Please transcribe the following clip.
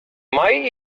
might